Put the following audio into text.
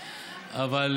מעולה.